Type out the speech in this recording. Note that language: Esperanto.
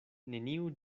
neniu